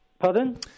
Pardon